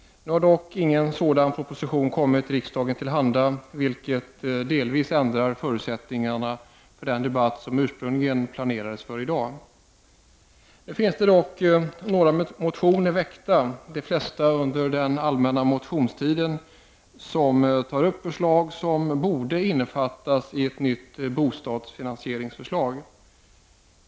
Nu har dock ingen sådan proposition kommit riksdagen till handa, vilket delvis ändrar förutsättningarna för den debatt som ursprungligen planerades för i dag. Några motioner har dock väckts, de flesta under den allmänna motionstiden, där förslag tas upp som borde innefattas i ett nytt bostadsfinansieringsförslag.